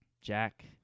Jack